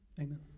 Amen